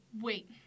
Wait